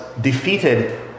defeated